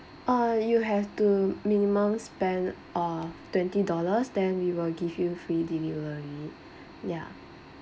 oh you have to minimum spend of twenty dollars then we will give you free delivery ya